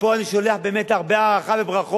מפה אני שולח, באמת, הרבה הערכה וברכות